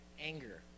anger